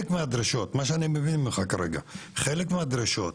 מה שאני מבין ממך כרגע הוא שחלק מהדרישות